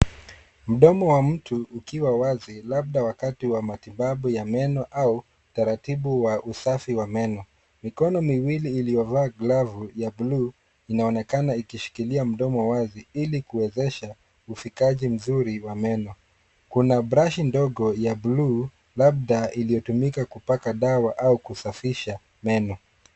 Mdomo wa mtu ukiwa wazi labda wakati wa matibabu ya meno au taratibu wa usafi wa meno. Mikono miwili iliyovaa glavu ya bluu inaonekana ikishikilia mdomo wazi ili kuwezesha ufikaji mzuri wa meno. Kuna brashi ndogo ya bluu labda iliyotumika kupaka dawa au kusafisha meno.